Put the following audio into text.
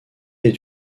est